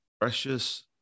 precious